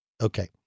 Okay